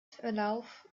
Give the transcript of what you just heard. verlauf